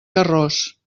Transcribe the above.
carròs